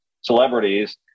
celebrities